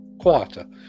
quieter